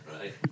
right